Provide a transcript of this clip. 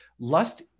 Lust